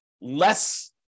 less